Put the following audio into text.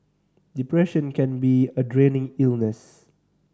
depression can be a draining illness